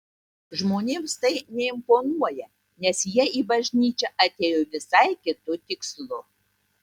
žmonėms tai neimponuoja nes jie į bažnyčią atėjo visai kitu tikslu